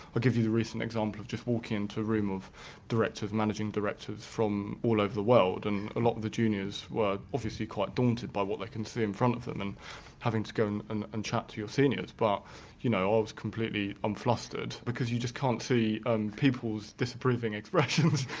i'll give you the recent example of just walking into a room of directors, managing directors from all over the world and a lot of the juniors were obviously quite daunted by what they can see in front of them and having to go and and and chat to your seniors. but you know i was completely unflustered because you just can't see and people's disapproving expressions.